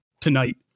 tonight